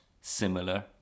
similar